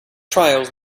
trials